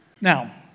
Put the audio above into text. Now